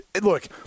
Look